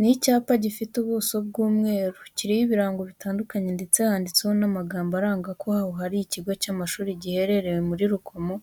Ni icyapa gifite ubuso bw'umweru, kiriho ibirango bitandukanye ndetse handitseho n'amagambo aranga ko aho hari ikigo cy'amashuri giherereye muri Rukomo